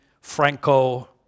Franco